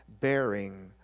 bearing